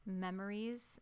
memories